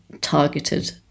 targeted